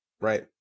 right